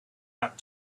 had